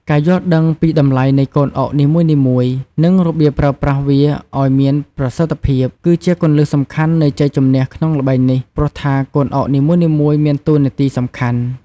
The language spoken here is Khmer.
ការយល់ដឹងពីតម្លៃនៃកូនអុកនីមួយៗ និងរបៀបប្រើប្រាស់វាឱ្យមានប្រសិទ្ធភាពគឺជាគន្លឹះសំខាន់នៃជ័យជម្នះក្នុងល្បែងនេះ ព្រោះថាកូនអុកនីមួយៗមានតួនាទីសំខាន់។